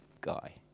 guy